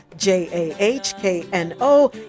J-A-H-K-N-O